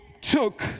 took